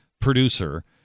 producer